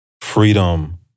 freedom